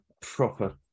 proper